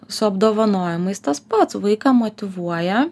su apdovanojimais tas pats vaiką motyvuoja